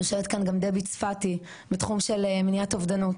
יושבת כאן גם דבי צפתי מתחום של מניעת אובדנות.